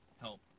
help